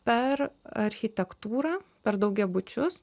per architektūrą per daugiabučius